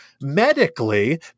medically